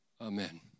Amen